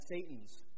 Satan's